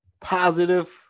positive